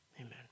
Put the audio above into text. Amen